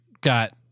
got